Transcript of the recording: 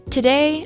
Today